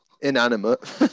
inanimate